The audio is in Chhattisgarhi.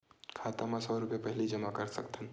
खाता मा सौ रुपिया पहिली जमा कर सकथन?